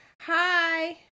Hi